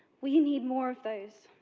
we need more of those,